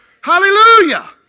Hallelujah